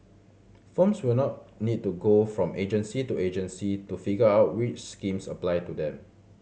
firms will not need to go from agency to agency to figure out which schemes apply to them